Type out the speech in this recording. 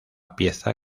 pieza